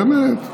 באמת,